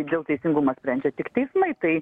dėl teisingumo sprendžia tik teismai tai